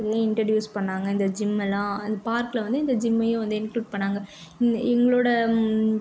இதையும் இண்ட்ரடியூஸ் பண்ணிணாங்க இந்த ஜிம்மெல்லாம் அது பார்க்கில் வந்து இந்த ஜிம்மையும் வந்து இன்க்ளூட் பண்ணிணாங்க இந்த இவர்களோட